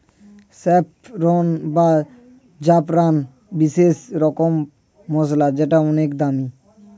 saffron বা জাফরান বিশেষ রকমের মসলা যেটা অনেক দামি